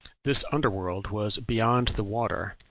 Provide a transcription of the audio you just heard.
this under-world was beyond the water,